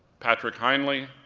patrick hineley,